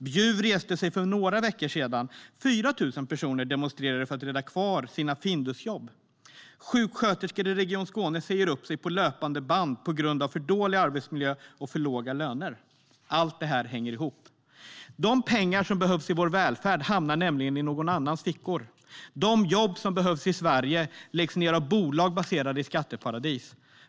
Bjuv reste sig för några veckor sedan - 4 000 personer demonstrerade för att rädda sina Findusjobb. Sjuksköterskor i Region Skåne säger upp sig på löpande band på grund av för dålig arbetsmiljö och för låga löner. Allt detta hänger ihop. De pengar som behövs i vår välfärd hamnar nämligen i någon annans fickor. De jobb som behövs i Sverige läggs ned av bolag baserade i skatteparadis.